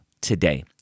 today